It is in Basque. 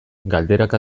galderak